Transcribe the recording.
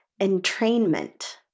Entrainment